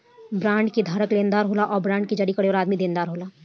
bond के धारक लेनदार होला आ बांड जारी करे वाला आदमी देनदार होला